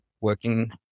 working